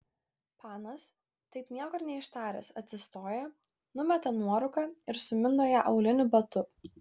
panas taip nieko ir neištaręs atsistoja numeta nuorūką ir sumindo ją auliniu batu